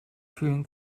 fühlen